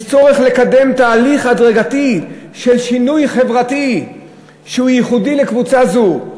יש צורך לקדם תהליך הדרגתי של שינוי חברתי שהוא ייחודי לקבוצה זו.